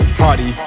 party